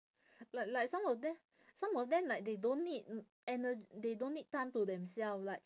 like like some of them some of them like they don't need ener~ they don't need time to themselves like